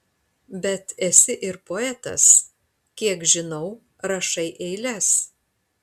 bet esi ir poetas kiek žinau rašai eiles